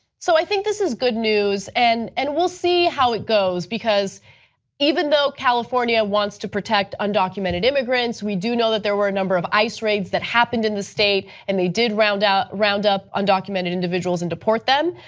so i think this is good news, and we and will see how it goes, because even though california wants to protect undocumented immigrants, we do know that there were a number of ice raids that happened in the state, and they did roundup undocumented undocumented individuals and deport them,